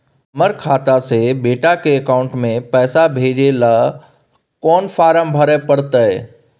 हमर खाता से बेटा के अकाउंट में पैसा भेजै ल कोन फारम भरै परतै?